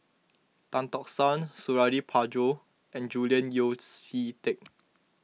Tan Tock San Suradi Parjo and Julian Yeo See Teck